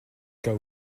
cas